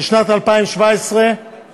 בשנת 2017 הקצבאות